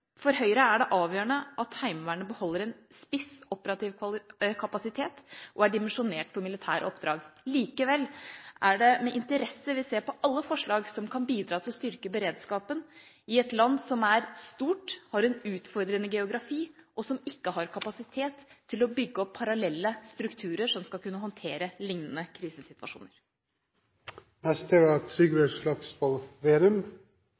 For Høyre er det avgjørende at Heimevernet beholder en spiss operativ kapasitet og er dimensjonert for militære oppdrag. Likevel er det med interesse vi ser på alle forslag som kan bidra til å styrke beredskapen i et land som er stort, som har en utfordrende geografi, og som ikke har kapasitet til å bygge opp parallelle strukturer som skal kunne håndtere lignende